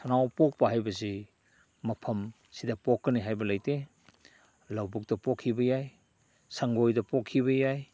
ꯁꯟꯅꯥꯎ ꯄꯣꯛꯄ ꯍꯥꯏꯕꯁꯤ ꯃꯐꯝ ꯁꯤꯗ ꯄꯣꯛꯀꯅꯤ ꯍꯥꯏꯕ ꯂꯩꯇꯦ ꯂꯧꯕꯨꯛꯇ ꯄꯣꯛꯈꯤꯕ ꯌꯥꯏ ꯁꯪꯒꯣꯏꯗ ꯄꯣꯛꯈꯤꯕ ꯌꯥꯏ